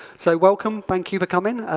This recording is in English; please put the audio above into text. so welcome, thank you for coming.